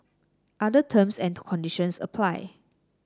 other terms and conditions apply